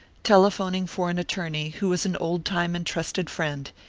telephoning for an attorney who was an old-time and trusted friend,